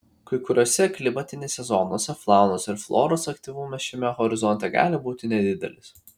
kai kuriose klimatinėse zonose faunos ir floros aktyvumas šiame horizonte gali būti nedidelis